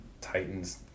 Titans